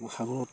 সাগৰত